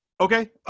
Okay